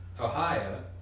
Ohio